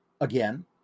again